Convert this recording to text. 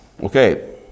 Okay